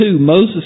Moses